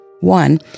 One